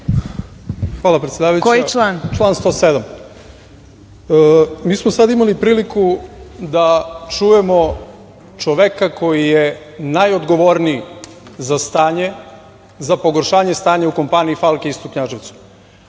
Hvala predsedavajuća. Član 107.Mi smo sad imali priliku da čujemo čoveka koji je najodgovorniji za stanje, za pogoršanje stanja u kompaniji „Falke“ u Knjaževcu.